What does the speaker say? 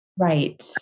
Right